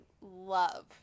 love